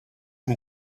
and